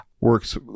works